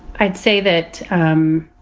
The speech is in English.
i'd say that, um